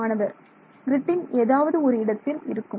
மாணவர் கிரிட்டின் ஏதாவது ஒரு இடத்தில் இருக்கும்